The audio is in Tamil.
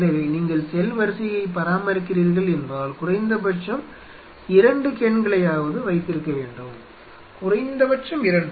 எனவே நீங்கள் செல் வரிசையைப் பராமரிக்கிறீர்கள் என்றால் குறைந்தபட்சம் 2 கேன்களையாவது வைத்திருக்க வேண்டும் குறைந்தபட்சம் 2